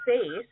space